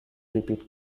repeat